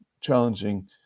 challenging